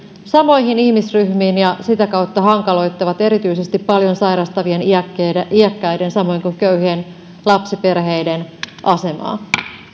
samoihin ihmisryhmiin ja sitä kautta hankaloittavat erityisesti paljon sairastavien iäkkäiden iäkkäiden samoin kuin köyhien lapsiperheiden asemaa